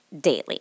daily